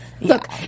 Look